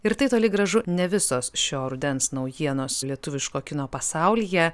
ir tai toli gražu ne visos šio rudens naujienos lietuviško kino pasaulyje